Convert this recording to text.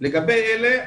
לגבי אלה,